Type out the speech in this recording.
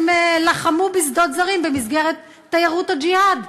לחמו בשדות זרים במסגרת תיירות הג'יהאד.